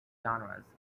genres